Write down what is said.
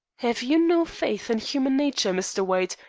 have you no faith in human nature, mr. white?